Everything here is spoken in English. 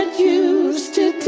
and you